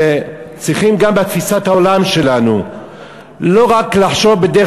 שצריכים גם בתפיסת העולם שלנו לא רק לחשוב בדרך